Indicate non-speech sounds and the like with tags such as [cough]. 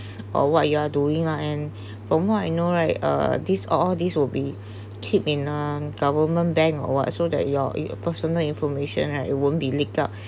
or what you are doing lah and [breath] from what I know right uh these all all these will be [breath] keep in um government bank or what so that your your personal information right it won't be leak out